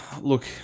look